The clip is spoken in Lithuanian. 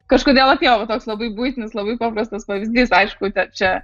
kažkodėl atėjo va toks labai buitinis labai paprastas pavyzdys aišku tai čia